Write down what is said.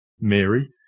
Mary